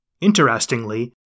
Interestingly